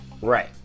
Right